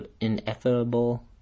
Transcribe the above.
Ineffable